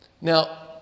Now